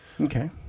Okay